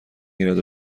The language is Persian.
گیرد